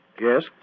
Yes